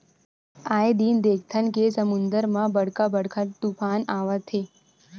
आए दिन देखथन के समुद्दर म बड़का बड़का तुफान आवत हे